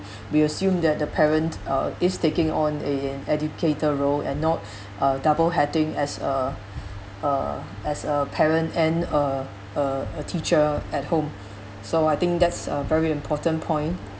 we assume that the parent uh is taking on a an educator role and not uh double-hatting as a uh uh as a parent and uh uh a teacher at home so I think that's a very important point